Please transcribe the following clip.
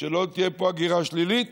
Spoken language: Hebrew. שלא תהיה פה הגירה שלילית